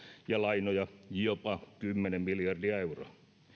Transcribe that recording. ja lainoja jopa kymmenen miljardia euroa